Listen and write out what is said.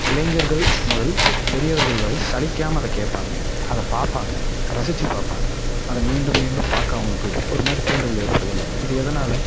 இளைஞர்கள் முதல் பெரியவர்கள் வரை சலிக்காமல் அதை கேட்பாங்க அதை பார்பாங்க ரசிச்சு பார்ப்பாங்க அதை மீண்டும் மீண்டும் பார்க்க அவங்களுக்கு ஒரு மாதிரி தூண்டுதல் ஏற்படுதில் இது எதனால்